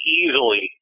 easily